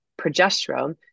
progesterone